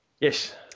Yes